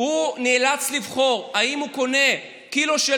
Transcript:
הוא נאלץ לבחור אם הוא קונה קילו של